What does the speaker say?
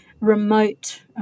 remote